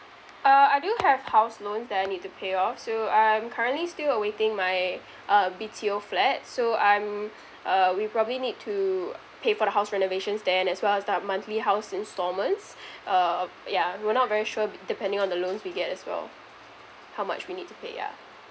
uh I do have house loans that I need to pay off so I'm currently still waiting my uh B_T_O flat so I'm uh we probably need to pay for the house renovations there and as well as the monthly house instalments uh yeah we're not very sure dep~ depending on the loans we get as well how much we need to pay yeah